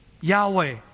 Yahweh